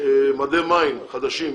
מדי מים חדשים,